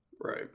Right